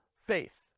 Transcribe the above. faith